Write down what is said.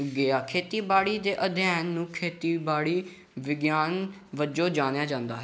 ਗਿਆ ਖੇਤੀਬਾੜੀ ਦੇ ਅਧਿਐਨ ਨੂੰ ਖੇਤੀਬਾੜੀ ਵਿਗਿਆਨ ਵਜੋਂ ਜਾਣਿਆ ਜਾਂਦਾ